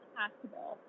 possible